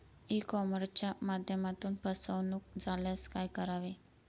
E कॉमर्सच्या माध्यमातून फसवणूक झाल्यास काय करावे?